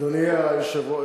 מי יכול להרכיב,